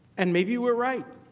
and maybe we are right,